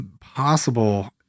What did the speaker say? possible